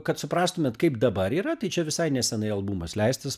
kad suprastumėt kaip dabar yra tai čia visai nesenai albumas leistas